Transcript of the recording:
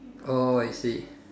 oh I see